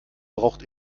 braucht